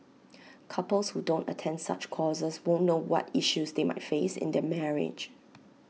couples who don't attend such courses won't know what issues they might face in their marriage